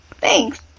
Thanks